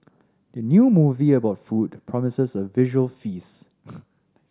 the new movie about food promises a visual feast